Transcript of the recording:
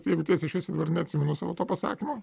jeigu tiesiai šviesiai dabar neatsimenu savo to pasakymo